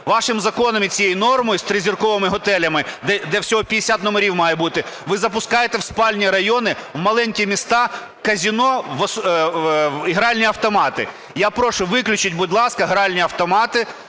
Вашим законом і цією нормою з тризірковими готелями, де всього 50 номерів має бути, ви запускаєте в спальні райони, в маленькі міста казино і гральні автомати. Я прошу, виключіть, будь ласка, гральні автомати,